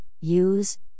use